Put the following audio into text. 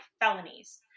felonies